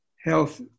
Health